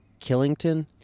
Killington